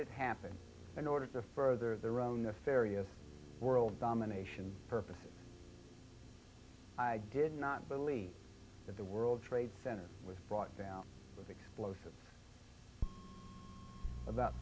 it happen in order to further their own nefarious world domination purposes i did not believe that the world trade center was brought down with explosives about